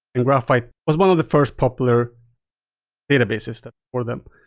and graphite was one of the first popular database system for them.